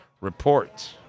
report